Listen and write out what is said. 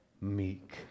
meek